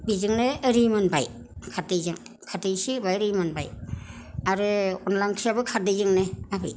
बेजोंनो रिमोनबाय खारदैजों खारदै इसे होबा रिमोनबाय आरो अनला ओंख्रियाबो खारदैजोंनो आबै